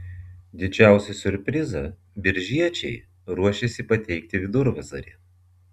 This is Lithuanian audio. didžiausią siurprizą biržiečiai ruošiasi pateikti vidurvasarį